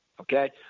Okay